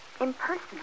impersonal